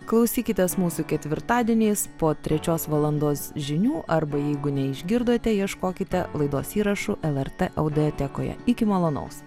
klausykitės mūsų ketvirtadieniais po trečios valandos žinių arba jeigu neišgirdote ieškokite laidos įrašų lrt audiotekoje iki malonaus